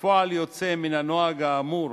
כפועל יוצא מן הנוהג האמור